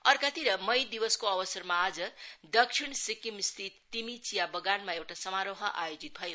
अर्कातिर मई दिवसको अवसरमा आज दक्षिण सिक्किमस्थित तिमी चिया बगानमा एउटा समारोह आयोजित भयो